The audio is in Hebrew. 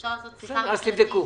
אפשר לעשות שיחה --- אז תבדקו.